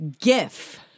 GIF